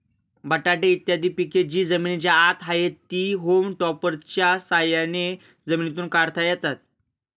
बटाटे इत्यादी पिके जी जमिनीच्या आत आहेत, ती होम टॉपर्सच्या साह्याने जमिनीतून काढता येतात